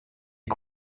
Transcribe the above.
est